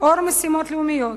"אור, משימות לאומיות",